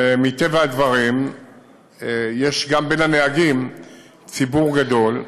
ומטבע הדברים יש גם בין הנהגים ציבור גדול,